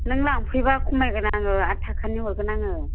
नों लांफैबा खमायगोन आङो आथ थाखानि हरगोन आङो